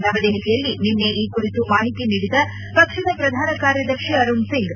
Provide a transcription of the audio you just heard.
ನವದೆಹಲಿಯಲ್ಲಿ ನಿನ್ನೆ ಈ ಕುರಿತು ಮಾಹಿತಿ ನೀಡಿದ ಪಕ್ಷದ ಪ್ರಧಾನ ಕಾರ್ಯದರ್ಶಿ ಆರುಣ್ ಸಿಂಗ್